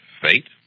Fate